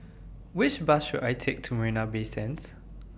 Which Bus should I Take to Marina Bay Sands